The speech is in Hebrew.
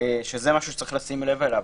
שזה דבר שצריך לשים לב אליו.